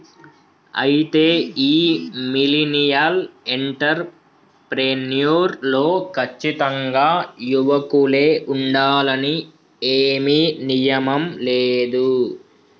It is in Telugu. అయితే ఈ మిలినియల్ ఎంటర్ ప్రెన్యుర్ లో కచ్చితంగా యువకులే ఉండాలని ఏమీ నియమం లేదు